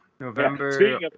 November